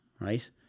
right